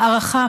הארכה,